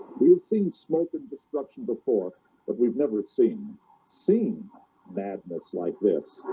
we had seen smoke and destruction before but we've never seen seen madness like this